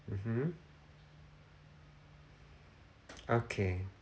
mmhmm okay